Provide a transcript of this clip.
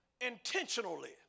intentionally